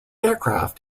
aircraft